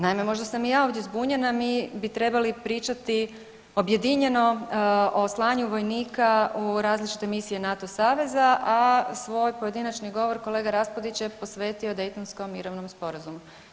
Naime, možda sam i ja ovdje zbunjena, mi bi trebali pričati objedinjeno o slanju vojnika u različite misije NATO saveza, a svoj pojedinačni govor kolega Raspudić je posvetio Dejtonskom mirovnom sporazumu.